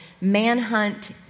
Manhunt